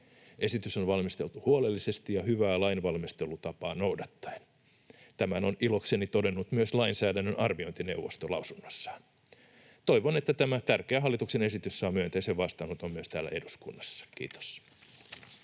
Esitys on valmisteltu huolellisesti ja hyvää lainvalmistelutapaa noudattaen — tämän on ilokseni todennut myös lainsäädännön arviointineuvosto lausunnossaan. Toivon, että tämä tärkeä hallituksen esitys saa myönteisen vastaanoton myös täällä eduskunnassa. — Kiitos.